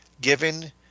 given